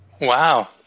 Wow